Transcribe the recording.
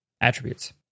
attributes